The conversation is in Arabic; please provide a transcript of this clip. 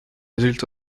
زلت